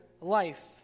life